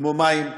כמו מים,